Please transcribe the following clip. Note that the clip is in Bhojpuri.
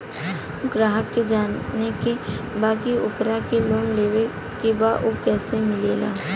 ग्राहक के ई जाने के बा की ओकरा के लोन लेवे के बा ऊ कैसे मिलेला?